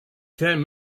ten